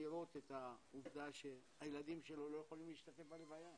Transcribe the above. לראות את העובדה שהילדים שלו לא יכולים להשתתף בלוויה,